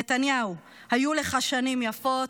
נתניהו, היו לך שנים יפות.